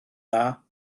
dda